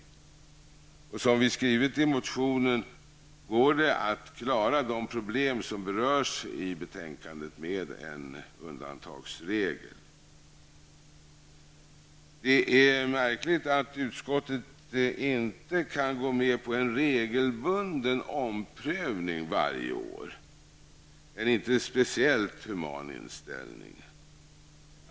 Som vi skrivit i motionen går det att klara de problem som berörs i betänkandet med en undantagsregel. Det är märkligt att utskottet inte kan gå med på en regelbunden omprövning varje år -- en inte speciellt human inställning!